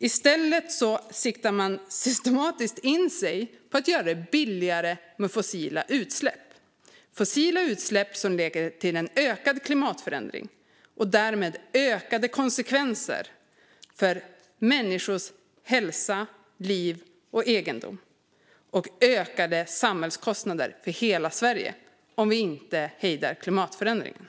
I stället siktar man systematiskt in sig på att göra det billigare med fossila utsläpp - fossila utsläpp som leder till ökad klimatförändring och därmed ökade konsekvenser för människors hälsa, liv och egendom och ökade samhällskostnader för hela Sverige om vi inte hejdar klimatförändringarna.